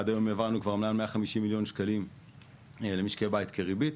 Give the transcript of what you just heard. עד היום העברנו כבר מעל 150 מיליון ₪ למשקי בית כריבית.